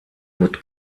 gut